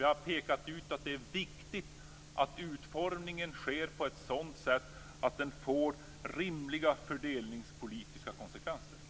Vi har pekat ut att det är viktigt att utformningen sker på sådant sätt att den får rimliga fördelningspolitiska konsekvenser.